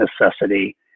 necessity